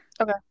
Okay